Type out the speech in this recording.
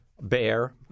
bear